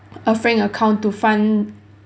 a Frank account to fund